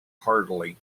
heartily